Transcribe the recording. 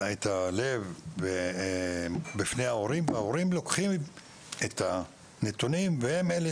הלב בפני ההורים וההורים לוקחים את הנתונים והם אלה